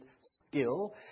skill